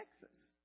Texas